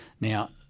Now